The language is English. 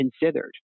considered